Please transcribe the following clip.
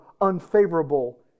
unfavorable